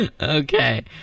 Okay